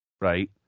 Right